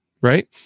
Right